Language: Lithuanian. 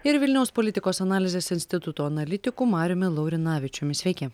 ir vilniaus politikos analizės instituto analitiku mariumi laurinavičiumi sveiki